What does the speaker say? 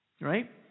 Right